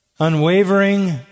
unwavering